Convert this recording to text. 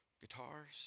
guitars